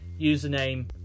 username